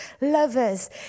lovers